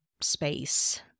space